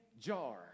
jar